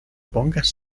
pongas